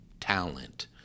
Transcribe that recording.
talent